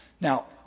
Now